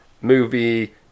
movie